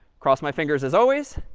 cross my fingers, as always